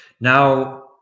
Now